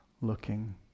looking